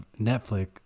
Netflix